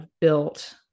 built